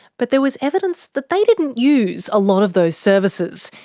but there was evidence that they didn't use a lot of those services,